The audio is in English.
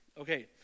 Okay